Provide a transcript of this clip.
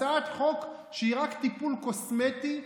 הצעת חוק שהיא רק טיפול קוסמטי,